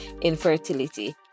infertility